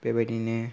बेबायदिनो